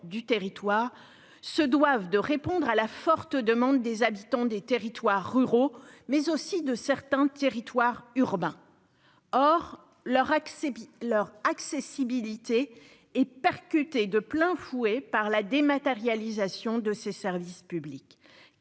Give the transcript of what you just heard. du territoire se doivent de répondre à la forte demande des habitants des territoires ruraux, mais aussi de certains territoires urbains, or leur accès leur accessibilité et percuté de plein fouet par la dématérialisation de ses services publics,